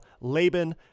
Laban